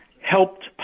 helped